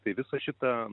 tai visą šitą